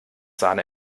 sahne